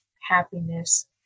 happiness